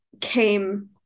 came